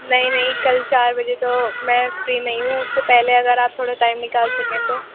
نہیں نہیں کل چار بجے تو میں فری نہیں ہوں اُس سے پہلے اگر آپ تھوڑا ٹائم نکال سکیں تو